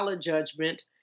judgment